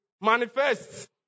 manifest